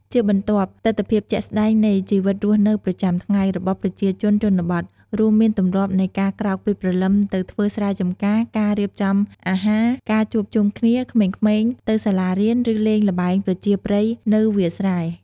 ជាបន្ទាប់ ទិដ្ឋភាពជាក់ស្តែងនៃជីវិតរស់នៅប្រចាំថ្ងៃ របស់ប្រជាជនជនបទ រួមមានទម្លាប់នៃការក្រោកពីព្រលឹមទៅធ្វើស្រែចម្ការ ការរៀបចំអាហារ ការជួបជុំគ្នា ក្មេងៗទៅសាលារៀន ឬលេងល្បែងប្រជាប្រិយនៅវាលស្រែ។